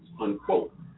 unquote